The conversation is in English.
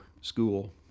school